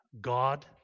God